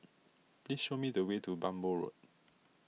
please show me the way to Bhamo Road